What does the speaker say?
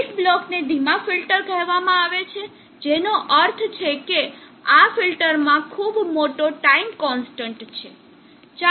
એક બ્લોકને ધીમા ફિલ્ટર કહેવામાં આવે છે જેનો અર્થ છે કે આ ફિલ્ટરમાં ખૂબ મોટો ટાઇમ કોન્સ્ટન્ટ છે